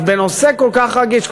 אז בנושא כל כך רגיש,